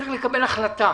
צריך לקבל החלטה.